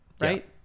right